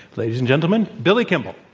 ladies and gentlemen, billy kimball.